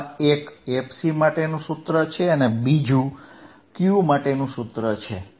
જેમા એક fC માટેનું સૂત્ર છે અને બીજું Q માટેનું સૂત્ર છે